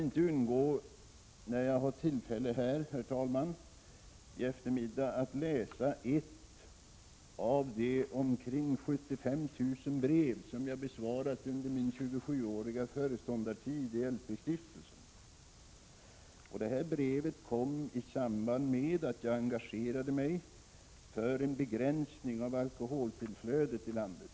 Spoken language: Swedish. När jag nu har tillfälle, herr talman, kan jag inte underlåta att läsa upp ett av de omkring 75 000 brev som jag har besvarat under min 27-åriga föreståndartid i LP-stiftelsen. Detta brev kom i samband med att jag engagerat mig för en begränsning av alkoholflödet i landet.